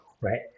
right